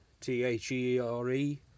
T-H-E-R-E